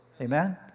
Amen